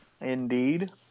Indeed